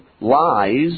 lies